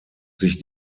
sich